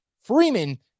Freeman